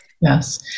Yes